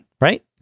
Right